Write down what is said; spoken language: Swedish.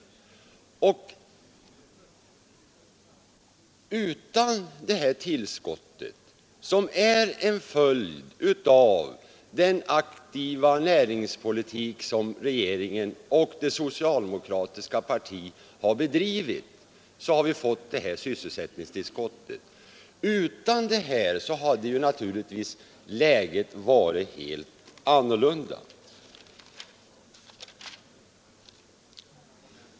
Utan det tillskottet, som är en följd av den aktiva näringspolitik som regeringen och det socialdemokratiska partiet har bedrivit, hade läget naturligtvis varit ett helt annat.